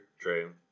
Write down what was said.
True